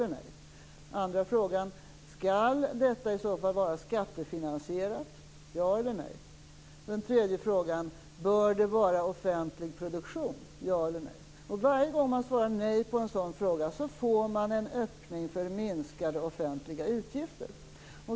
Den andra frågan lyder: Skall detta i så fall vara skattefinansierat - ja eller nej? Den tredje frågan lyder: Bör det vara offentlig produktion - ja eller nej? Varje gång man svarar nej på en sådan fråga får man en öppning för minskade offentliga utgifter.